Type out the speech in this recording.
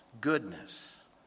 goodness